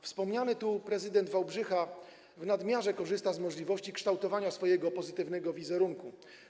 Wspomniany tu prezydent Wałbrzycha w nadmiarze korzysta z możliwości kształtowania swojego pozytywnego wizerunku.